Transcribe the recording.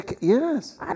Yes